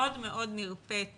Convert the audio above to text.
מאוד מאוד נרפית